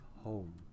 home